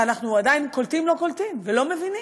ואנחנו עדיין קולטים-לא-קולטים ולא מבינים.